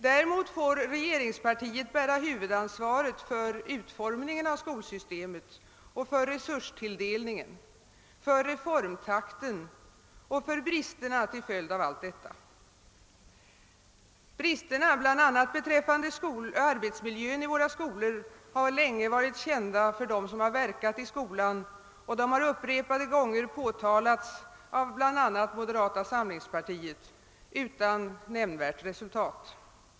Däremot får regeringspartiet bära huvudansvaret för utformningen av skolsystemet och för resurstilldelningen, för reformtakten och för bristerna till följd av allt detta. Bristerna bl.a. beträffande arbetsmiljön i våra skolor har länge varit kända för dem som har verkat i skolan, och de har upprepade gånger påtalats av moderata samlingspartiet — utan nämnvärt resultat.